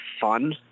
fun